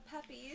puppies